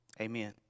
Amen